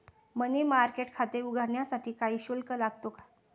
मनी market खाते उघडण्यासाठी काही शुल्क लागतो का?